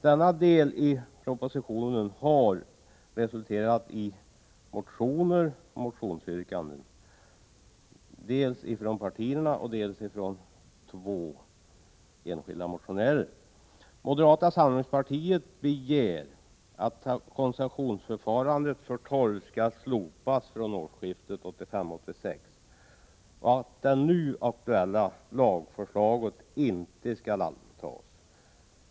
Denna del av propositionen har föranlett motionsyrkanden. Det är fråga om dels partimotioner, dels två motioner från enskilda motionärer. Moderata samlingspartiet begär att koncessionsförfarandet för torv skall slopas från årsskiftet 1985-1986 och att det nu aktuella lagförslaget inte skall antas.